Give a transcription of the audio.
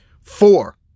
Four